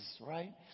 right